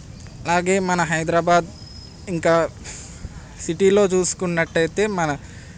అలాగే మన హైదరాబాద్ ఇంకా సిటీలో చూసుకున్నట్టయితే మన